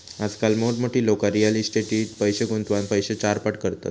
आजकाल मोठमोठी लोका रियल इस्टेटीट पैशे गुंतवान पैशे चारपट करतत